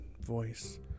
voice